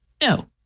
No